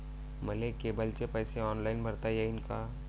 मले केबलचे पैसे ऑनलाईन भरता येईन का?